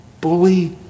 bully